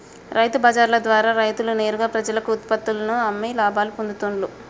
రైతు బజార్ల ద్వారా రైతులు నేరుగా ప్రజలకు ఉత్పత్తుల్లను అమ్మి లాభాలు పొందుతూండ్లు